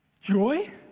Joy